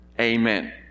amen